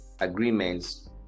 agreements